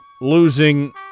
losing